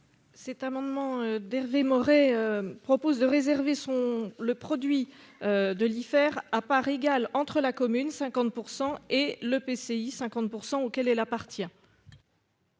Cet amendement d'Hervé Maurey propose de réserver son le produit. De l'hiver, à part égale entre la commune 50% et le PCI 50% auquel elle appartient.